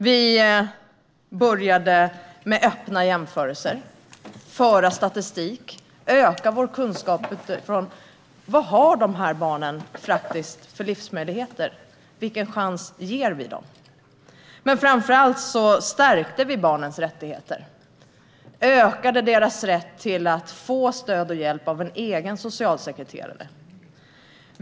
Vi började med öppna jämförelser och med att föra statistik och öka vår kunskap om vad dessa barn faktiskt har för livsmöjligheter. Vilken chans ger vi dem? Men framför allt stärkte vi barnens rättigheter och ökade deras rätt att få stöd och hjälp av en egen socialsekreterare.